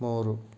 ಮೂರು